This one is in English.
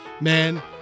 man